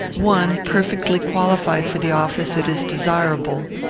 one perfectly qualified for the office it is desirable,